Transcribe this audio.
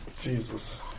Jesus